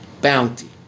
bounty